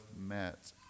met